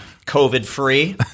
COVID-free